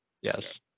Yes